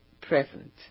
present